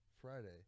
Friday